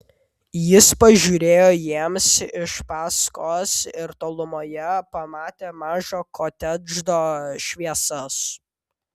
jis pažiūrėjo jiems iš paskos ir tolumoje pamatė mažo kotedžo šviesas